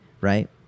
right